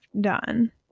done